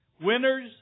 winners